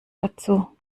dazu